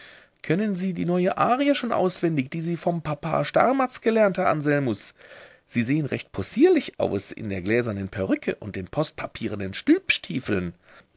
können sie die neue arie schon auswendig die sie vom papa starmatz gelernt herr anselmus sie sehen recht possierlich aus in der gläsernen perücke und den postpapiernen stülpstiefeln